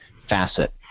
facet